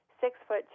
six-foot